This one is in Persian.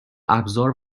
ابزار